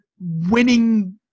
winning